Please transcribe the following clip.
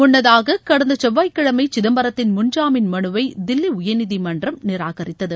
முன்னதாக கடந்த செவ்வாயக்கிழமை சிதம்பரத்தின் முன் ஜாமீன் மனுவை தில்லி உயர்நீதிமன்றம் நிராகரித்தது